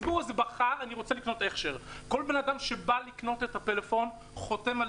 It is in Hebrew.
כל אדם שבא לקנות את הטלפון חותם על